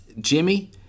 Jimmy